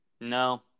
no